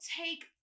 take